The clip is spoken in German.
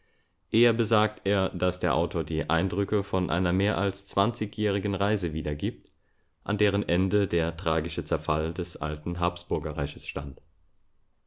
eher besagt er daß der autor die eindrücke von einer mehr als zwanzigjährigen reise wiedergibt an deren ende der tragische zerfall des alten habsburgerreiches stand